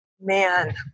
man